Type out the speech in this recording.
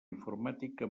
informàtica